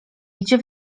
idzie